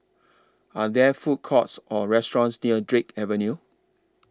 Are There Food Courts Or restaurants near Drake Avenue